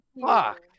Fuck